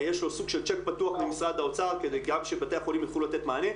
יש לו סוג של צ'ק פתוח ממשרד האוצר כדי שגם בתי-החולים יוכלו לתת מענה,